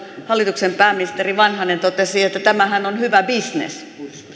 hallituksen pääministeri vanhanen totesi että tämähän on hyvä bisnes